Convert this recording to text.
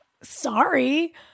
Sorry